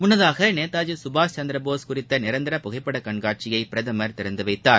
முன்னதாக நேதாஜி சுபாஷ் சந்திர போஸ் குறித்த நிரந்தர புகைப்பட கண்காட்சியை பிரதமர் திறந்து வைத்தார்